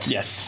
Yes